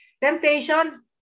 Temptation